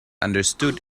understood